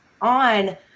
on